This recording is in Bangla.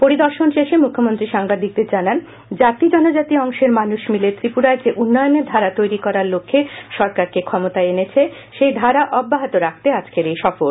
পরিদর্শন শেষে মুখ্যমন্ত্রী সাংবাদিকদের জানান জাতি জনজাতি অংশের মানুষ মিলে ত্রিপুরায় যে উন্নয়নের ধারা তৈরি করার লক্ষ্যে সরকারকে ফ্ষমতায় এনেছে সেই ধারা অব্যাহত রাখতে আজকের এই সফর